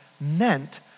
meant